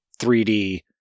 3D